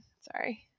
sorry